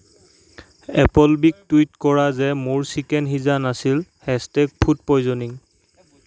এপলবীক tweet কৰা যে মোৰ চিকেন সিজা নাছিল হেছটেগ ফুড পইছনিং